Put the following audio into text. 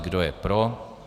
Kdo je pro?